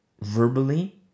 Verbally